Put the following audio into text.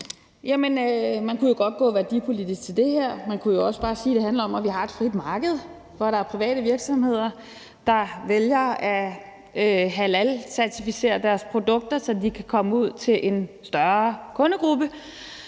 Man kunne jo godt gå værdipolitisk til det her, men man kunne også bare sige, det handler om, at vi har et frit marked, hvor der er private virksomheder, der vælger at halalcertificere deres produkter, så de kan komme ud til en større kundegruppe.